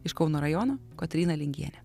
iš kauno rajono kotryna lingienė